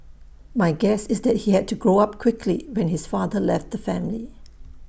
my guess is that he had to grow up quickly when his father left the family